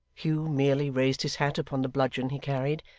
hugh merely raised his hat upon the bludgeon he carried,